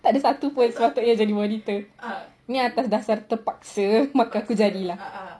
tak ada satu pun jadi monitor ni atas dasar terpaksa pun jadi lah